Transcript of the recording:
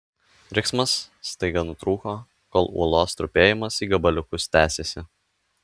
riksmas staiga nutrūko kol uolos trupėjimas į gabaliukus tęsėsi